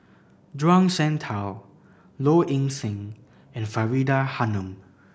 Zhuang Shengtao Low Ing Sing and Faridah Hanum